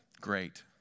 Great